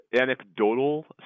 anecdotal